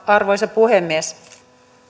arvoisa puhemies